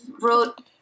wrote